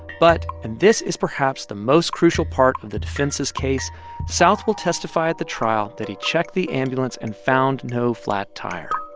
but and this is perhaps the most crucial part of the defense's case south will testify at the trial that he checked the ambulance and found no flat tire